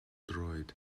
droed